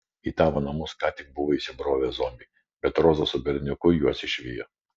į tavo namus ką tik buvo įsibrovę zombiai bet roza su berniuku juos išvijo